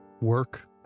work